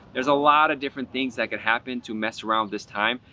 there's a lot of different things that could happen to mess around this time.